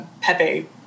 Pepe